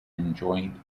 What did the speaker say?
enjoyed